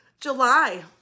July